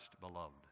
beloved